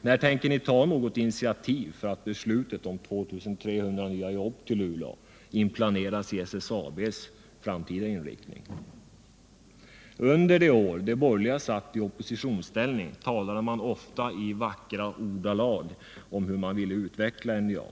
När tänker ni ta något initiativ för att beslutet om 2 300 nya jobb till Luleå inplaneras i SSAB:s framtida inriktning? Under de år de borgerliga satt i oppositionsställning talade man ofta i vackra ordalag om hur man ville utveckla NJA.